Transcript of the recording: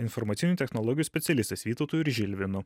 informacinių technologijų specialistas vytautu ir žilvinu